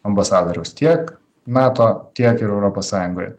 ambasadoriaus tiek nato tiek ir europos sąjungoje